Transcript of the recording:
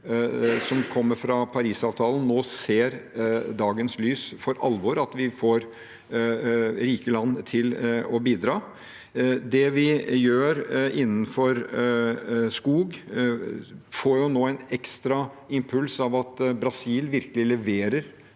som kommer fra Parisavtalen, nå ser dagens lys for alvor, og at vi får rike land til å bidra. Det vi gjør innenfor skog, får nå en ekstra impuls av at Brasil virkelig leverer